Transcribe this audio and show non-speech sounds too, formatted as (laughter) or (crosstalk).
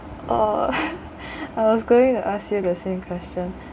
uh (laughs) I was going to ask you the same question